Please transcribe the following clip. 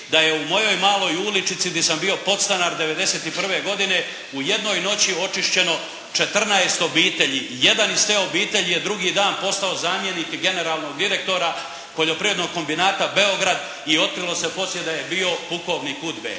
da je u mojoj maloj uličici gdje sam bio podstanar '91. godine u jednoj noći očišćeno 14 obitelji. Jedan iz te obitelji je drugi dan postao zamjenik generalnog direktora Poljoprivrednog kombinata Beograd i otkrilo se je poslije da je bio pukovnik UDBA-e.